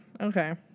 Okay